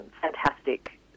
fantastic